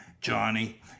johnny